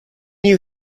you